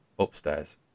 upstairs